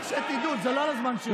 רק שתדעו, זה לא על הזמן שלי.